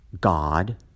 God